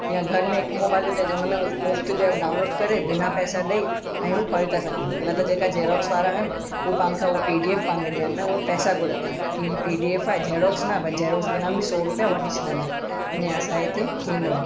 या घर में हिक मोबाइल हुजे त हुन मोबाइल में मुफ़्त ऐं ऐप डाउनलोड करे बिना पैसा ॾई ऐं हू पढ़ी था सघनि न त जेका जेरॉक्स वारा आहिनि हू पाण खां हू पी डी एफ़ पाण खे ॾियण में पैसा घुरंदा आहिनि की पी डी एफ़ आहे जेरॉक्स न भई जेरॉक्स बिना बि सौ रुपिया वठी छॾींदा आहिनि ईअं असांजे हिते थींदो आहे